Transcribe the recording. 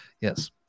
Yes